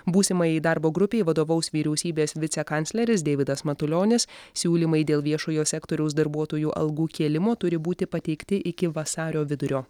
būsimajai darbo grupei vadovaus vyriausybės vicekancleris deividas matulionis siūlymai dėl viešojo sektoriaus darbuotojų algų kėlimo turi būti pateikti iki vasario vidurio